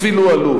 אפילו עלוב.